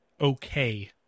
okay